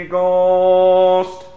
Ghost